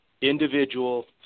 individual